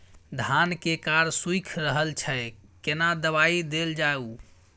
धान के कॉर सुइख रहल छैय केना दवाई देल जाऊ?